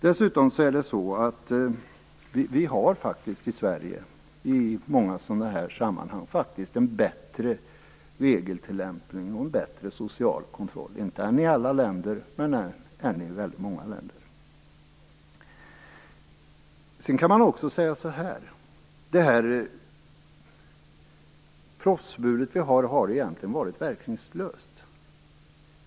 Dessutom har vi faktiskt i Sverige i många sådana här sammanhang en bättre regeltillämpning och en bättre social kontroll - inte bättre än i alla länder men bättre än i väldigt många länder. Dessutom har det proffsboxningsförbud som vi har egentligen varit verkningslöst.